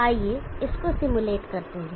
आइए इसको सिमुलेट करते हैं